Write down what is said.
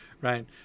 right